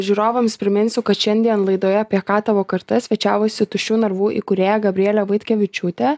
žiūrovams priminsiu kad šiandien laidoje apie ką tavo karta svečiavosi tuščių narvų įkūrėja gabrielė vaitkevičiūtė